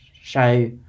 show